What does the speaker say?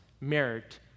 merit